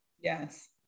Yes